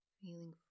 Feeling